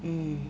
mm